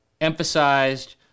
emphasized